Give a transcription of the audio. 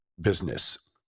business